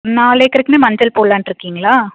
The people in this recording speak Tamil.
நாலு ஏக்கருக்குமே மஞ்சள் போடலான்ருக்கீங்களா